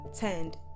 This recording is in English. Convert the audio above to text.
turned